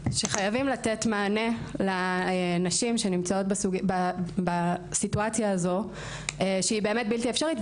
שחייבים לתת מענה לנשים שנמצאות בסיטואציה הזו שהיא באמת בלתי אפשרית,